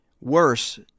worse